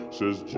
says